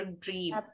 dream